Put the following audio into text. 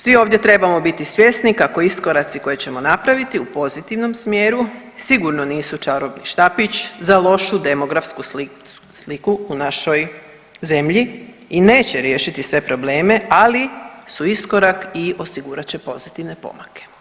Svi ovdje trebamo biti svjesni kako iskoraci koje ćemo napraviti u pozitivnom smjeru sigurno nisu čarobni štapić za lošu demografsku sliku u našoj zemlji i neće riješiti sve probleme, ali su iskorak i osigurat će pozitivne pomake.